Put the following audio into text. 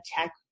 tech